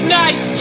nice